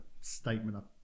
statement